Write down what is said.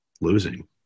losing